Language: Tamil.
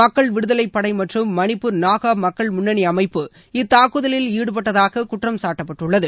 மக்கள் விடுதலை படை மற்றும் மணிப்பூர் நாகா மக்கள் முன்னணி அமைப்பு இத்தாக்குதலில் ஈடுபட்டதாக குற்றம்சாட்டப்பட்டுள்ளது